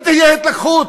אם תהיה התלקחות,